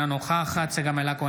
אינה נוכחת צגה מלקו,